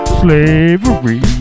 slavery